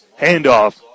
handoff